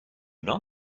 not